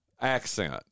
accent